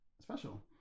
special